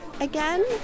again